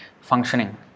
functioning